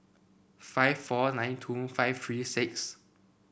five four nine two five three six